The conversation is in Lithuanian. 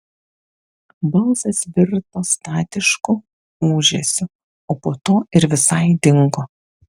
balsas virto statišku ūžesiu o po to ir visai dingo